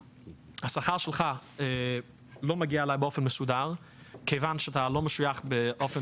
השכר שלך לא מגיע אלי באופן מסודר כיוון שאתה לא משוייך באופן